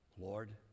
Lord